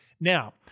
Now